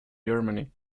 germany